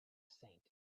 saint